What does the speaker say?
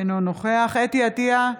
אינו נוכח חוה אתי עטייה,